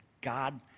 God